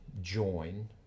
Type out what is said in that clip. join